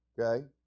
okay